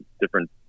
different